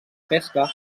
pesca